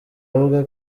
avuga